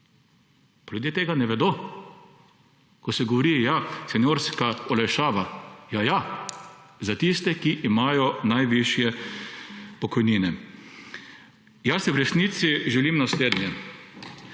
Ljudje tega ne vedo. Ko se govori, ja, seniorska olajšava … Ja ja, za tiste, ki imajo najvišje pokojnine! V resnici želim naslednje: